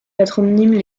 patronymes